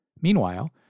Meanwhile